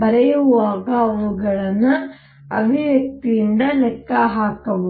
ಬರೆಯುವಾಗ ಅವುಗಳನ್ನು ಅಭಿವ್ಯಕ್ತಿಯಿಂದ ಲೆಕ್ಕಹಾಕಬಹುದು